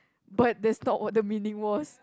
but that's not what the meaning was